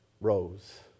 rose